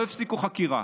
לא הפסיקו חקירה.